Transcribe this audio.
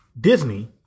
Disney